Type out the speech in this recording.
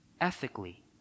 ethically